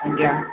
ଆଜ୍ଞା